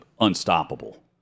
unstoppable